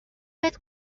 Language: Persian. بهت